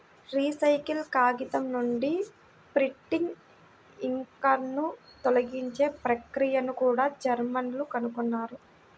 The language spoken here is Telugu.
రీసైకిల్ కాగితం నుండి ప్రింటింగ్ ఇంక్లను తొలగించే ప్రక్రియను కూడా జర్మన్లు కనుగొన్నారు